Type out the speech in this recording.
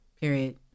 period